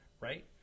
right